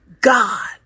God